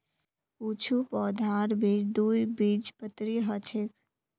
कुछू पौधार बीज द्विबीजपत्री ह छेक